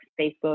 Facebook